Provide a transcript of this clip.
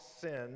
sin